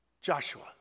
Joshua